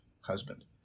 husband